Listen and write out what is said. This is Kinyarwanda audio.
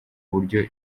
buryo